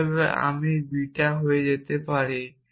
অতএব আমি বিটা হয়ে যেতে পারি